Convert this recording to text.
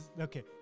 okay